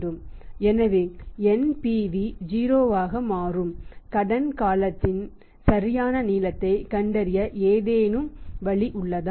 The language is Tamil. எனவே NPV 0 ஆக மாறும் கடன் காலத்தின் சரியான நீளத்தைக் கண்டறிய ஏதேனும் வழிமுறை உள்ளதா